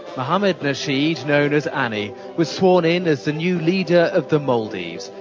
mohamed nasheed, known as anni, was sworn in as the new leader of the maldives,